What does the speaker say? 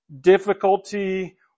difficulty